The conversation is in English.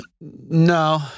No